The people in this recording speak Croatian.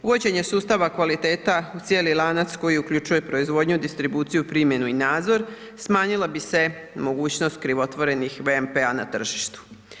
Uvođenje sustava kvaliteta u cijeli lanac koji uključuje proizvodnju, distribuciju, primjenu i nadzor, smanjila bi se mogućnost krivotvorenih VMP-a na tržištu.